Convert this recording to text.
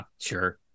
sure